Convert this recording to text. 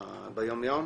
ביום יום?